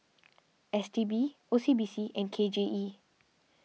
S T B O C B C and K J E